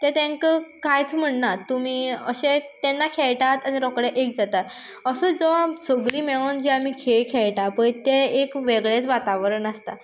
ते तेंका कांयच म्हणात तुमी अशें केन्ना खेळटात आनी रोखडे एक जाता असो जो सगळीं मेळोन जे आनी खेळ खेळटा पय ते एक वेगळेंच वातावरण आसता